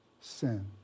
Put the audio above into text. sin